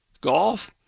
golf